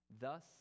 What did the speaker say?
Thus